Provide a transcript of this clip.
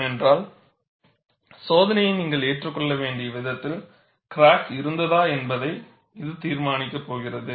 ஏனென்றால் சோதனையை நீங்கள் ஏற்றுக் கொள்ள வேண்டிய விதத்தில் கிராக் இருந்ததா என்பதை இது தீர்மானிக்கப் போகிறது